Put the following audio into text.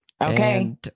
Okay